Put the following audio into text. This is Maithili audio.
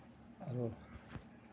आरो